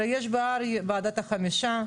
הרי יש בהר ועדת החמישה,